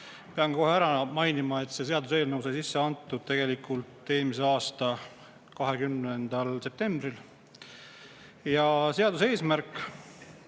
Pean kohe ära mainima, et see seaduseelnõu sai sisse antud tegelikult eelmise aasta 20. septembril. Eelnõu eesmärk